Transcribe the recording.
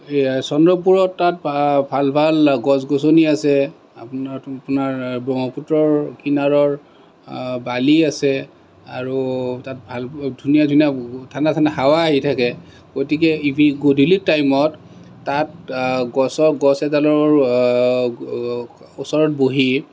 এই চন্দ্ৰপুৰত তাত ভাল ভাল গছ গছনি আছে আপোনাৰ তোমাৰ ব্ৰহ্মপুত্ৰৰ কিনাৰৰ বালি আছে আৰু তাত ধুনীয়া ধুনীয়া ঠাণ্ডা ঠাণ্ডা হাৱা আহি থাকে গতিকে ইভি গধূলি টাইমত তাত গছ গছ এডালৰ ওচৰত বহি